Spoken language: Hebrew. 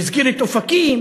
הזכיר את אופקים,